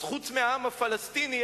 חוץ מהעם הפלסטיני,